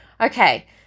Okay